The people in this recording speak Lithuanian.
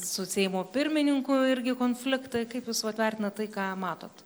su seimo pirmininku irgi konfliktai kaip jūs vat vertinat tai ką matot